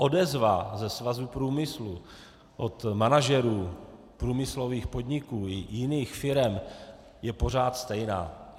Odezva ze svazu průmyslu, od manažerů průmyslových podniku i jiných firem, je pořád stejná.